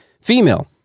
female